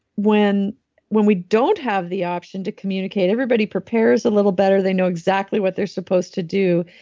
when when we don't have the option to communicate, everybody prepares a little better. they know exactly what they're supposed to do,